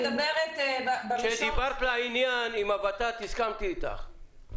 כשדיברת לעניין עם הות"ת הסכמתי אתך.